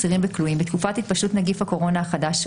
אסירים וכלואים בתקופת התפשטות נגיף הקורונה החדש,